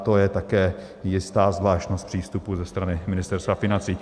To je také jistá zvláštnost přístupu ze strany Ministerstva financí.